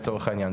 לצורך העניין,